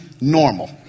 normal